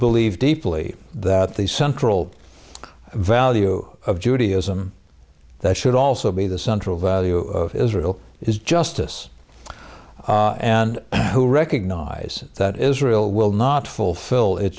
believe deeply that the central value of judaism that should also be the central value of israel is justice and who recognize that israel will not fulfill it